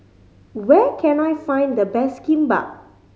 where can I find the best Kimbap